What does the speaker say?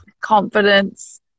confidence